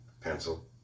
pencil